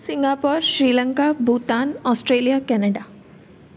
Singapore Sri Lanka Bhutan Australia Canada